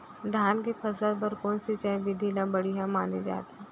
धान के फसल बर कोन सिंचाई विधि ला बढ़िया माने जाथे?